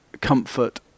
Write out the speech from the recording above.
comfort